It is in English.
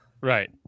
right